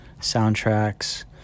soundtracks